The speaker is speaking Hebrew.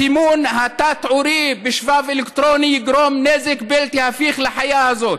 הסימון התת-עורי בשבב אלקטרוני יגרום נזק בלתי הפיך לחיה הזאת.